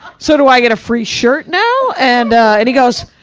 so do i get a free shirt now? and ah. and he goes,